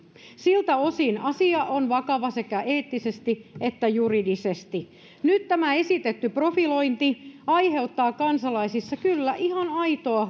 siltä osin asia on vakava sekä eettisesti että juridisesti nyt tämä esitetty profilointi aiheuttaa kansalaisissa kyllä ihan aitoa